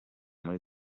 muri